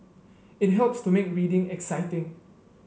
it helps to make reading exciting